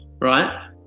right